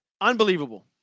Unbelievable